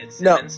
no